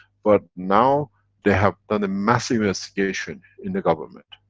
but now they have done a massive investigation in the government.